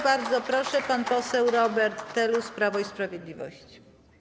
Bardzo proszę, pan poseł Robert Telus, Prawo i Sprawiedliwość.